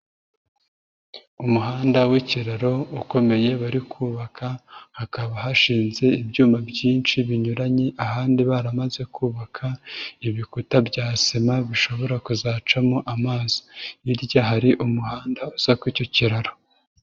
Umuhanda w'ikiraro ukomeye bari kubaka, hakaba hashinze ibyuma byinshi binyuranye ahandi baramaze kubaka ibikuta bya sima bishobora kuzacamo amazi. Hirya hari umuhanda uza kuri icyo kiraro.